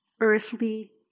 earthly